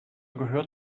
gehört